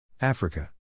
Africa